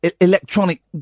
electronic